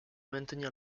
maintenir